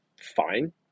Fine